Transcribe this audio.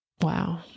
Wow